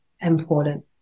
important